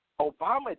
Obama